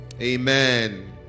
Amen